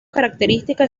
característica